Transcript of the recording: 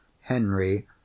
henry